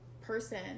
person